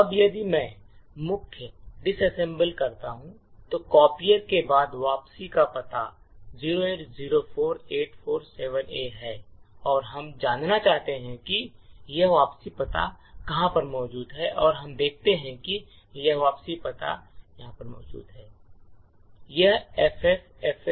अब यदि मैं मुख्य disassemble करता हूं तो कापियर के बाद वापसी का पता 0804847A है और हम जानना चाहते हैं कि यह वापसी पता कहाँ पर मौजूद है और हम देखते हैं कि यह वापसी पता यहाँ पर मौजूद है